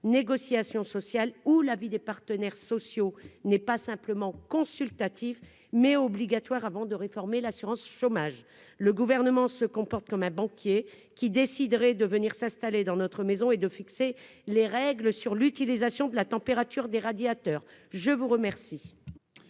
négociation sociale ou la vie des partenaires sociaux, n'est pas simplement consultatif mais obligatoire avant de réformer l'assurance chômage, le gouvernement se comporte comme un banquier qui déciderait de venir s'installer dans notre maison et de fixer les règles sur l'utilisation de la température des radiateurs, je vous remercie.